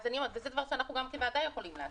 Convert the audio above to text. אני אומרת, זה דבר שגם אנחנו כוועדה יכולים לעשות.